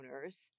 owners